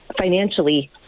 financially